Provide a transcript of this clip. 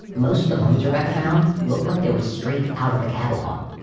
most of the homes rebecca found looked like they were straight out of the catalog.